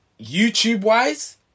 YouTube-wise